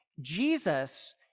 Jesus